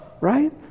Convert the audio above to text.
right